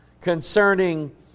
concerning